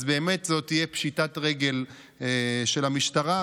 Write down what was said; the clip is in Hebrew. אז באמת זו תהיה פשיטת רגל של המשטרה,